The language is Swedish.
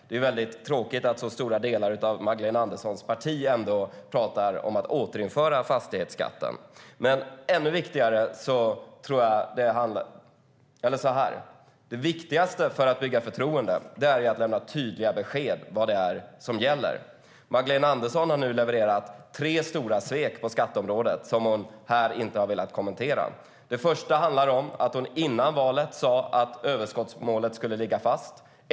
Det är då tråkigt att så stora delar av Magdalena Anderssons parti talar om att återinföra fastighetsskatten. Det första handlar om att hon före valet sa att överskottsmålet skulle ligga fast.